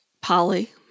Polly